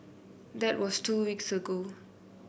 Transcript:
that was two weeks ago